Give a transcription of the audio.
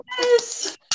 Yes